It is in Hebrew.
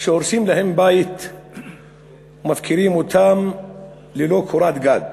שהורסים להם את הבית ומפקירים אותם ללא קורת גג,